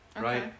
right